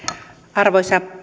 arvoisa